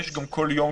יש גם כל יום,